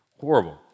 horrible